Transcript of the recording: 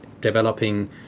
developing